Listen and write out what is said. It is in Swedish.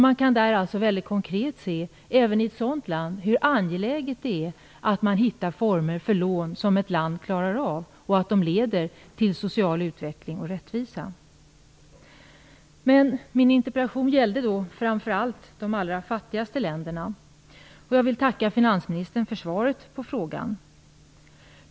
Man kan alltså även i ett sådant land väldigt konkret se hur viktigt det är att man hittar former för lån som ett land klarar av och att de leder till social utveckling och rättvisa. Min interpellation gällde framför allt de allra fattigaste länderna. Jag vill tacka finansministern för svaret.